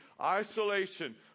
isolation